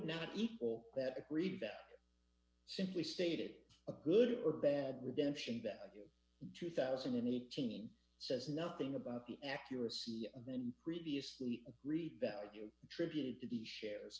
not equal that agreed that simply stated a good or bad redemption that you two thousand and eighteen says nothing about the accuracy of than previously agreed value tributed to the shares